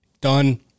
Done